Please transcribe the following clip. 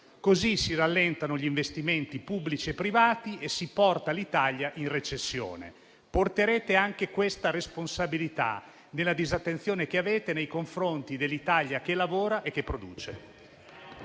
Così si rallentano gli investimenti pubblici e privati e si porta l'Italia in recessione. Porterete anche questa responsabilità insieme alla disattenzione che avete nei confronti dell'Italia che lavora e produce.